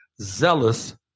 zealous